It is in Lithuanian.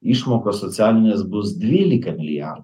išmokos socialinės bus dvylika milijardų